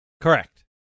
Correct